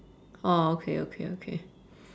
orh okay okay okay